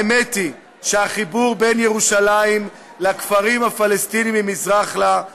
האמת היא שהחיבור בין ירושלים לכפרים הפלסטיניים ממזרח לה,